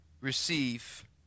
receive